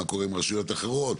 מה קורה עם רשויות אחרות?